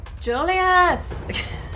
Julius